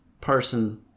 person